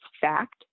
fact